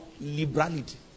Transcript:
liberality